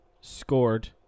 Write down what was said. scored